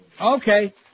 Okay